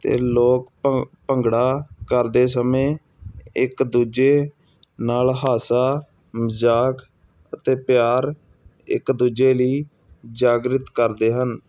ਅਤੇ ਲੋਕ ਭੰ ਭੰਗੜਾ ਕਰਦੇ ਸਮੇਂ ਇੱਕ ਦੂਜੇ ਨਾਲ ਹਾਸਾ ਮਜ਼ਾਕ ਅਤੇ ਪਿਆਰ ਇੱਕ ਦੂਜੇ ਲਈ ਜਾਗ੍ਰਿਤ ਕਰਦੇ ਹਨ